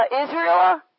Israel